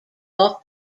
off